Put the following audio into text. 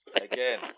Again